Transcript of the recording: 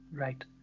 Right